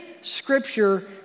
scripture